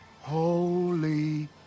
Holy